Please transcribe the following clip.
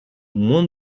moins